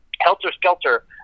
helter-skelter